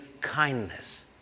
kindness